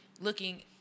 looking